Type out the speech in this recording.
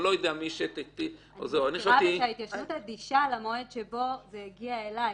אני מזכירה לך שההתיישנות אדישה למועד שבו זה הגיע אלי.